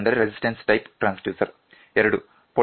ಪ್ರತಿರೋಧ ಪ್ರಕಾರದ ಟ್ರಾನ್ಸ್ಡ್ಯೂಸರ್ 2